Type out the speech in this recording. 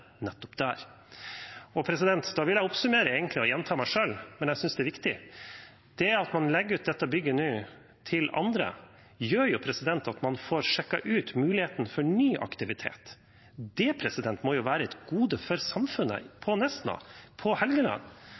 der. Da vil jeg oppsummere ved egentlig å gjenta meg selv, men jeg synes det er viktig: At man legger ut dette bygget til andre nå, gjør at man får sjekket ut muligheten for ny aktivitet. Det må jo være et gode for samfunnet på Nesna og på Helgeland.